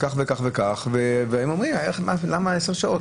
הם אומרים: למה עשר שעות?